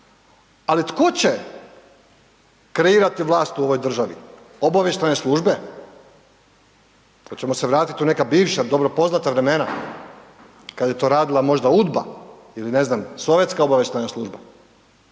Ali, tko će kreirati vlast u ovoj državi? Obavještajne službe? Hoćemo se vratiti u neka bivša, dobro poznata vremena kad je to radila možda UDBA ili ne znam, Sovjetska obavještajna služba?